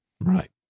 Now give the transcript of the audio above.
Right